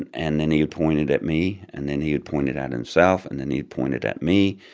and and then he would point it at me. and then he would point it at himself. and then he'd point it at me.